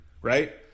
right